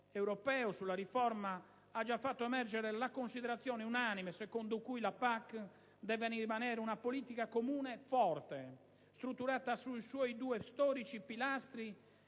europeo sulla riforma ha già fatto emergere la considerazione unanime secondo cui la PAC deve rimanere una politica comune forte, strutturata sui suoi due storici pilastri